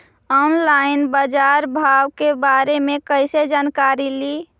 Online बाजार भाव के बारे मे कैसे जानकारी ली?